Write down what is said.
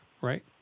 right